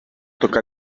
tocar